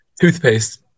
Toothpaste